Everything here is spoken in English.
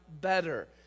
better